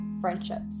friendships